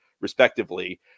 respectively